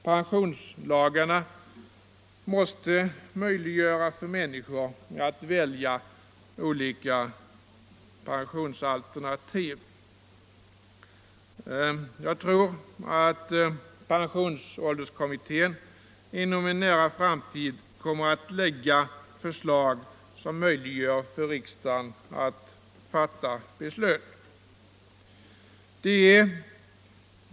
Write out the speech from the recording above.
Pensionslagarna måste möjliggöra för människor att välja olika pensionsalternativ. Jag tror att pensionsålderskommittén inom en nära framtid kommer att framlägga förslag som möjliggör för riksdagen att fatta ett beslut i den frågan.